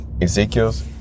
Ezekiel's